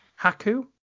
haku